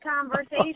conversation